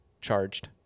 charged